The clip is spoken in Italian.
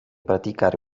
praticare